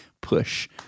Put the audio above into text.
push